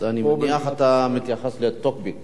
אני מניח שאתה מתייחס לטוקבקים.